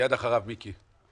מייד אחריו מיקי.